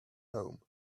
home